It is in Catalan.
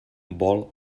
vol